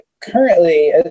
currently